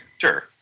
Sure